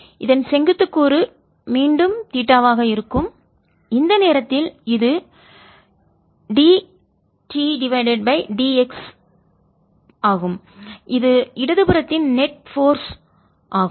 அதன் செங்குத்து கூறு மீண்டும் தீட்டாவாக இருக்கும் இந்த நேரத்தில் இது ddx டென்ஷன் இழுவிசை ஆகும் இது இடது புறத்தின் நெட் போர்ஸ் நிகர சக்திஆகும்